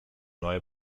neue